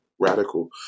radical